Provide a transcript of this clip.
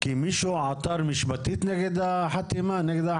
כי מישהו עתר משפטית נגד ההחלטה?